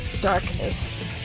darkness